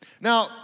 Now